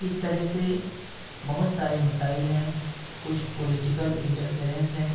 اس طرح سے بہت سارے مسائل ہیں کچھ پولیٹیکل انٹرفیرینس ہیں